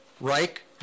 Reich